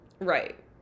Right